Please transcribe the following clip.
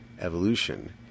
evolution